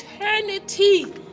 eternity